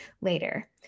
later